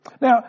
Now